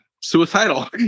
suicidal